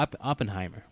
Oppenheimer